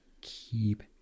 keep